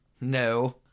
No